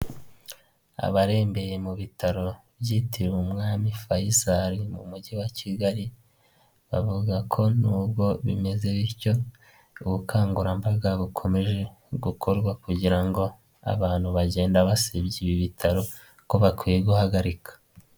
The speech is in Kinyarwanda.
Abarembeye mu bitaro byitiriwe umwami Fayisari mu mujyi wa Kigali, bavuga ko nubwo bimeze bityo ubukangurambaga bukomeje gukorwa kugira ngo abantu bagenda basebya ibi bitaro ko bakwiye guhagarika.